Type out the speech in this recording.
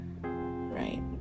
right